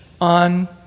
on